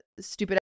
stupid